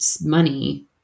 money